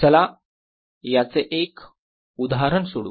चला याचे एक उदाहरण सोडवू